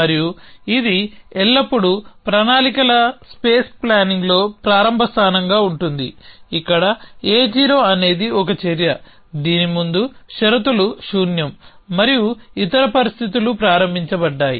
మరియు ఇది ఎల్లప్పుడూ ప్రణాళికల స్పేస్ ప్లానింగ్లో ప్రారంభ స్థానంగా ఉంటుంది ఇక్కడ A0 అనేది ఒక చర్య దీని ముందు షరతులు శూన్యం మరియు ఇతర పరిస్థితులు ప్రారంభించబడ్డాయి